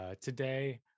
today